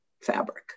fabric